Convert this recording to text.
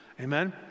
Amen